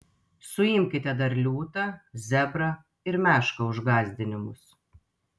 suimkite dar liūtą zebrą ir mešką už gąsdinimus